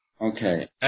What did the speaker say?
Okay